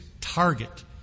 target